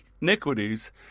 iniquities